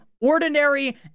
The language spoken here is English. Ordinary